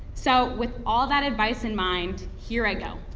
so with all that advice in mind, here i go.